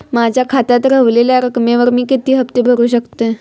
माझ्या खात्यात रव्हलेल्या रकमेवर मी किती हफ्ते भरू शकतय?